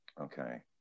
Okay